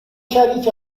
شریک